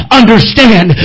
understand